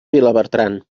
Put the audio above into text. vilabertran